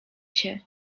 cię